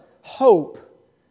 hope